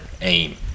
aim